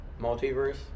Multiverse